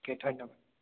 অ' কে ধন্যবাদ